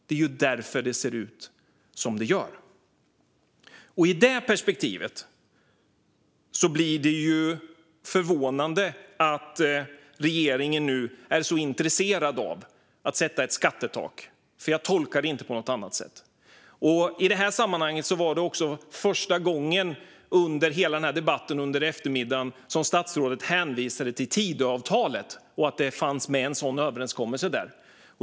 Det är därför det ser ut som det gör, och ur det perspektivet är det förvånande att regeringen nu är så intresserad av att sätta ett skattetak. Jag kan inte tolka det på något annat sätt. Det var också i det sammanhanget som statsrådet första gången under hela den här debatten hänvisade till Tidöavtalet och att det finns med en sådan överenskommelse där.